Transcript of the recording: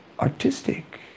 artistic